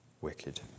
wicked